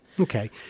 okay